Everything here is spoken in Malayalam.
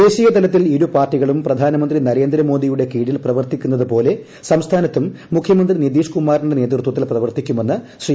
ദേശീയതലത്തിൽ ഇരു പാർട്ടികളും പ്രധാനമന്ത്രി നരേന്ദ്രമോദിയുടെ കീഴിൽ ്പ്രവർത്തിക്കുന്നതുപോലെ സംസ്ഥാനത്തും മുഖ്യമന്ത്രി നിതീഷ്കുമാറിന്റെ നേതൃത്വത്തിൽ പ്രവർത്തിക്കുമെന്ന് ശ്രീ